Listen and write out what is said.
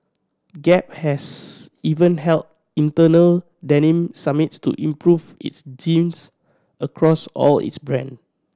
gap has even held internal denim summits to improve its jeans across all its brand